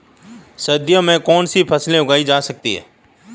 सर्दियों में कौनसी फसलें उगाई जा सकती हैं?